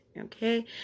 Okay